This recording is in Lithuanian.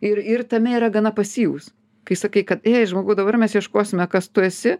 ir ir tame yra gana pasyvūs kai sakai kad ėi žmogau dabar mes ieškosime kas tu esi